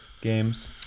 games